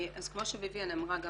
אז כמו שליליאן אמרה גם